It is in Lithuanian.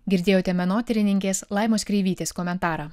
girdėjote menotyrininkės laimos kreivytės komentarą